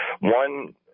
one